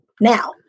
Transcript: now